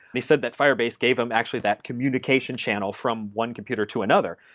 they said that firebase gave him actually that communication channel from one computer to another.